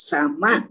Sama